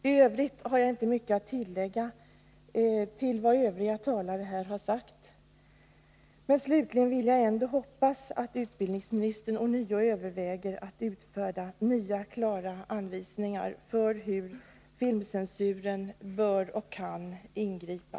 I övrigt har jag inte mycket att tillägga till vad övriga talare här har sagt. Slutligen vill jag ändå hoppas att utbildningsministern ånyo överväger att utfärda nya klara anvisningar för hur filmcensuren i framtiden bör och kan ingripa.